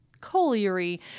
Colliery